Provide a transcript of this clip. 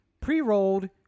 pre-rolled